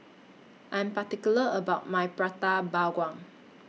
I Am particular about My Prata Bawang